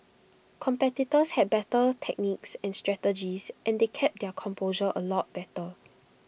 competitors had better techniques and strategies and they kept their composure A lot better